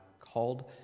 called